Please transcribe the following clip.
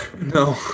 No